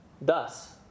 Thus